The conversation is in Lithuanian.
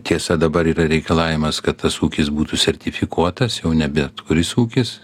tiesa dabar yra reikalavimas kad tas ūkis būtų sertifikuotas jau ne bet kuris ūkis